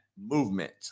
movement